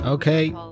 Okay